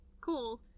cool